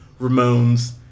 Ramones